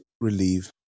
relieve